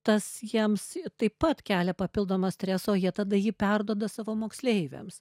tas jiems taip pat kelia papildomą stresą o jie tada jį perduoda savo moksleiviams